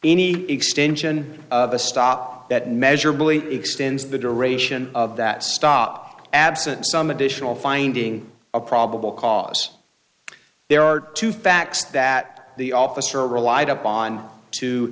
any extension of a stop that measurably extends the duration of that stop absent some additional finding a probable cause there are two facts that the officer relied upon to